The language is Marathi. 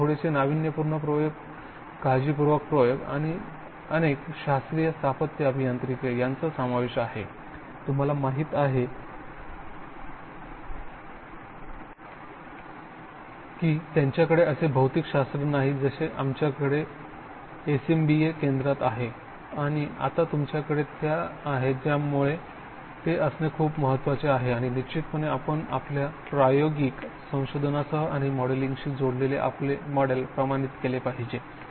त्यात थोडेसे नाविन्यपूर्ण प्रयोग काळजीपूर्वक प्रयोग आणि अनेक शास्त्रीय स्थापत्य अभियांत्रिकी यांचा समावेश आहे तुम्हाला माहिती आहे की त्यांच्याकडे असे भौतिक शास्त्र नाही जसे आमच्याकडे एसीबीएम केंद्रात आहे आणि आता तुमच्याकडे त्या आहेत त्यामुळे ते असणे खूप महत्त्वाचे आहे आणि निश्चितपणे आपण आपल्या प्रायोगिक शोधांसह आणि मॉडेलिंगशी जोडलेले आपले मॉडेल प्रमाणित केले पाहिजे